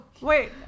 wait